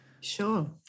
Sure